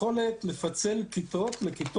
אני מתכבדת לפתוח את ישיבת ועדת המשנה לחינוך דתי,